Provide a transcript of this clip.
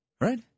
right